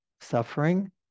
Suffering